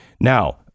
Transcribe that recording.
Now